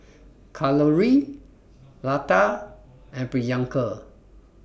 Kalluri Lata and Priyanka